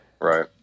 Right